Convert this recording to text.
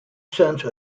sense